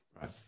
Right